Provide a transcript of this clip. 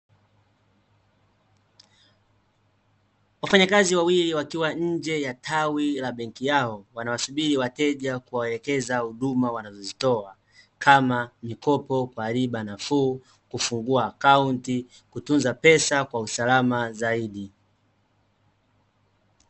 Wafanyakazi wawili wakiwa nje ya tawi la benki yao, wanawasubiri wateja kuwaelekeza huduma wanazozitoa, kama mikopo kwa riba nafuu, kufungua akaunti, kutunza pesa kwa usalama zaidi.